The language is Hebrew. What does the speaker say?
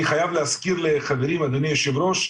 אני חייב להזכיר לחברי ואדוני היו"ר,